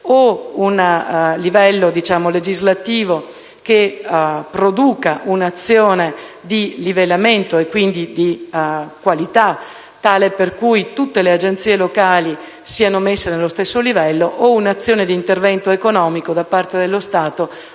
un livello legislativo che produca un'azione di livellamento e quindi di qualità tale per cui tutte le Agenzie locali siano messe sullo stesso piano, o un intervento economico da parte dello Stato,